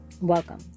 welcome